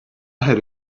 had